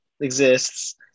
exists